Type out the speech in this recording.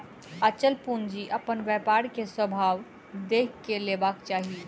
अचल पूंजी अपन व्यापार के स्वभाव देख के लेबाक चाही